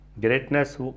Greatness